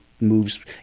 moves